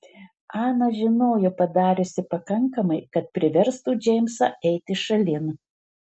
ana žinojo padariusi pakankamai kad priverstų džeimsą eiti šalin